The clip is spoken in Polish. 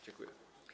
Dziękuję.